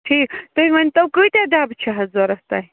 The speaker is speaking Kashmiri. ٹھیٖک تُہۍ ؤنۍتَو کٲتیٛاہ ڈَبہٕ چھِ حظ ضروٗرت تۄہہِ